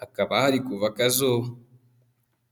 hakaba hari kuva akazuba.